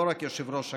לא רק יושב-ראש הכנסת.